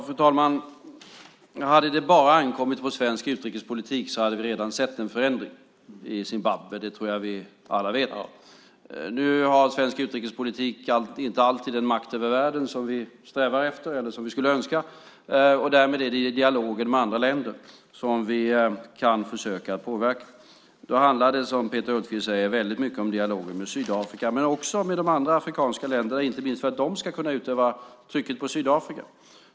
Fru talman! Hade det bara ankommit på svensk utrikespolitik hade vi redan sett en förändring i Zimbabwe. Det tror jag att vi alla vet. Nu har svensk utrikespolitik inte alltid den makt över världen som vi strävar efter eller som vi skulle önska. Därmed är det i dialogen med andra länder som vi kan försöka påverka. Då handlar det, som Peter Hultqvist säger, väldigt mycket om dialogen med Sydafrika men också med de andra sydafrikanska länderna, inte minst för att de ska kunna utöva påtryckningar på Sydafrika.